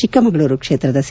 ಚಿಕ್ಕಮಗಳೂರು ಕ್ಷೇತ್ರದ ಸಿ